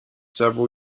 several